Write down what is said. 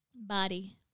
body